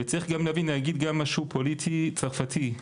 וצריך להגיד גם משהו פוליטי צרפתי.